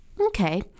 Okay